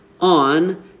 on